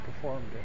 performed